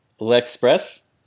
Lexpress